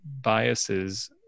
biases